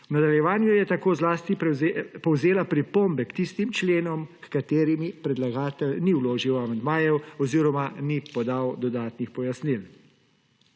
V nadaljevanju je tako zlasti povzela pripombe k tistim členom h katerimi predlagatelj ni vložil amandmajev oziroma ni podal dodatnih pojasnil.